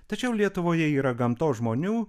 tačiau lietuvoje yra gamtos žmonių